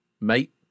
mate